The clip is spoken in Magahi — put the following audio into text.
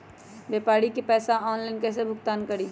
व्यापारी के पैसा ऑनलाइन कईसे भुगतान करी?